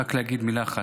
רק להגיד מילה אחת,